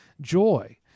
joy